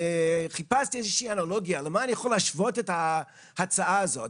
וחיפשתי איזושהי אנלוגיה להשוואה של ההצעה הזאת,